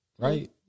Right